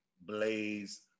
blaze